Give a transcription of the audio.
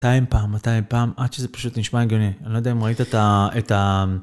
מאתיים פעם מאתיים פעם עד שזה פשוט נשמע הגיוני אני לא יודע אם ראית את ה... את ה...